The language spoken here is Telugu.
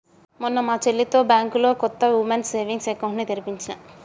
మొన్న మా చెల్లితో బ్యాంకులో కొత్త వుమెన్స్ సేవింగ్స్ అకౌంట్ ని తెరిపించినా